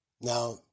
Now